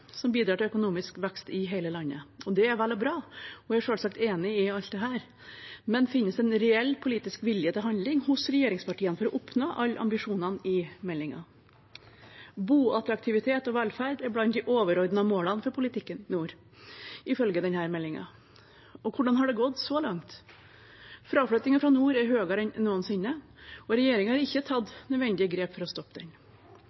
som bidrar til økonomisk vekst i hele landet. Det er vel og bra, og jeg er selvsagt enig i alt dette. Men finnes det en reell politisk vilje til handling hos regjeringspartiene for å oppnå alle ambisjonene i meldingen? Boattraktivitet og velferd er blant de overordnede målene for politikken i nord, ifølge denne meldingen. Og hvordan har det gått så langt? Fraflyttingen fra nord er høyere enn noensinne, og regjeringen har ikke tatt nødvendige grep for å stoppe den.